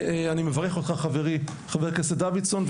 ואני מברך אותך חברי חבר הכנסת דוידסון,